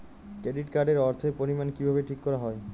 Credit card এর অর্থের পরিমান কিভাবে ঠিক করা হয়?